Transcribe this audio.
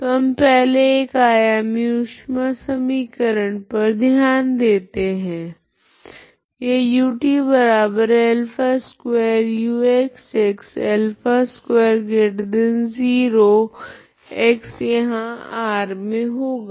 तो हम पहले एक आयामी ऊष्मा समीकरण पर ध्यान देते है यह utα2uxx α20 x∈ R होगा